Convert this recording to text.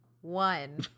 one